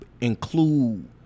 include